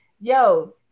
yo